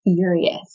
furious